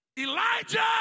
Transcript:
Elijah